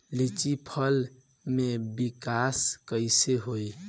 लीची फल में विकास कइसे होई?